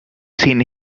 seen